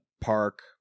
park